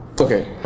okay